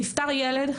נפטר ילד.